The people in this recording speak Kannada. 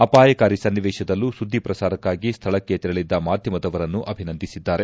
ಅಪಾಯಕಾರಿ ಸನ್ನಿವೇಶದಲ್ಲೂ ಸುದ್ದಿ ಪ್ರಸಾರಕ್ಕಾಗಿ ಸ್ಥಳಕ್ಕೆ ತೆರಳದ್ದ ಮಾಧ್ಯಮದವರನ್ನು ಅಭಿನಂದಿಸಿದ್ದಾರೆ